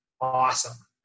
awesome